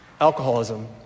alcoholism